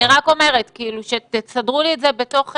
אני רק מבקשת שתסדרו לי את זה בטבלה